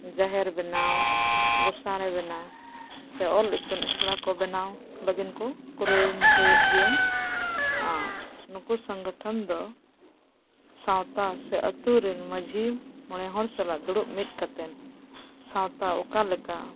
ᱡᱟᱦᱮᱨ ᱵᱮᱱᱟᱣ ᱜᱚᱥᱟᱬᱮ ᱵᱮᱱᱟᱣ ᱥᱮ ᱚᱞ ᱤᱛᱩᱱ ᱤᱥᱲᱟ ᱠᱚ ᱵᱮᱱᱟᱣ ᱞᱟᱹᱜᱤᱫ ᱠᱚ ᱠᱩᱨᱩᱢᱩᱴᱩᱭᱮᱫ ᱜᱮᱭᱟ ᱟᱨ ᱱᱩᱠᱩ ᱥᱚᱝᱜᱚᱴᱷᱚᱱ ᱫᱚ ᱥᱟᱶᱛᱟ ᱥᱮ ᱟᱛᱳ ᱨᱮᱱ ᱢᱟᱺᱡᱷᱤ ᱢᱚᱬᱮ ᱦᱚᱲ ᱥᱟᱞᱟᱜ ᱫᱩᱲᱩᱵ ᱢᱤᱫ ᱠᱟᱛᱮᱫ ᱥᱟᱶᱛᱟ ᱚᱠᱟ ᱞᱮᱠᱟ